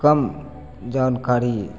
कम जानकारी